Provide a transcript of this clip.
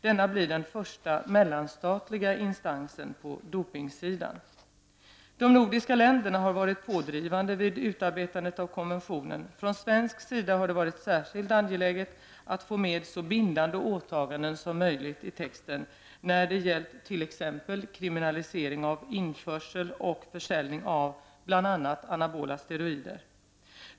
Denna blir den första mellanstatliga instansen på dopingsidan. De nordiska länderna har varit pådrivande vid utarbetandet av konventionen. Från svensk sida har det varit särskilt angeläget att få med så bindande åtaganden som möjligt i texten när det gäller t.ex. kriminalisering av införsel och försäljning av bl.a. anabola steroider.